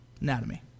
Anatomy